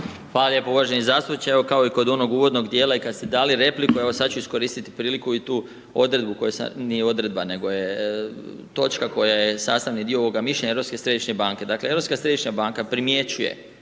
Hvala lijepo. Uvaženi zastupniče, evo kao i kod onog uvodnog djela i kad ste dali repliku, evo sad ću iskoristiti priliku i tu odredbu, nije odredba nego je točka koja je sastavni dio ovoga mišljenja Europske središnje banke. Dakle Europska središnja banka primjećuje,